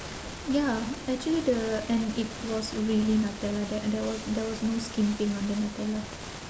ya actually the and it was really nutella there and there w~ there was no skimping on the nutella